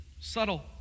Subtle